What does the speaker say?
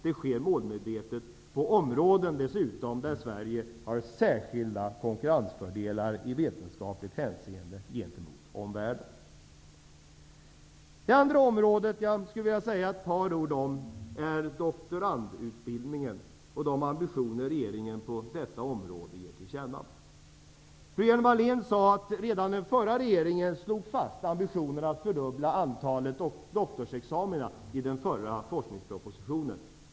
Det sker målmedvetet på områden där Sverige har särskilda konkurrensfördelar i vetenskapligt hänseende gentemot omvärlden. Det andra området som jag skulle vilja säga ett par ord om är doktorandutbildningen och de ambitioner regeringen ger till känna på detta område. Fru Hjelm-Wallén sade att redan den förra regeringen slog fast ambitionen att fördubbla antalet doktorsexamina i den förra forskningspropositionen.